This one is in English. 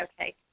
Okay